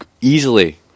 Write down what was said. easily